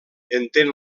entén